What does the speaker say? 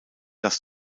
dass